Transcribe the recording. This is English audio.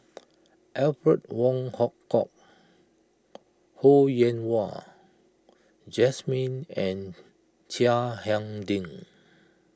Alfred Wong Hong Kwok Ho Yen Wah Jesmine and Chiang Hai Ding